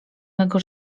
mego